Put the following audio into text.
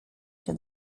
się